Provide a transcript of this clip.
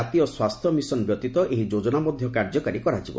ଜାତୀୟ ସ୍ୱାସ୍ଥ୍ୟ ମିଶନ ବ୍ୟତୀତ ଏହି ଯୋଜନା କାର୍ଯ୍ୟକାରୀ କରାଯିବ